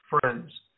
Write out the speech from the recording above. friends